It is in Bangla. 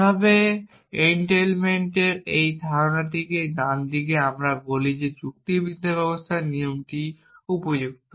এইভাবে এনটেইলমেন্টের এই ধারণাটির ডানদিকে আমরা বলি যে যুক্তিবিদ্যা ব্যবস্থার নিয়মটি উপযুক্ত